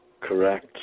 Correct